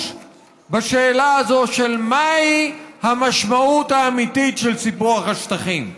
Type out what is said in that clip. בשאלה הזו: מהי המשמעות האמיתית של סיפוח השטחים?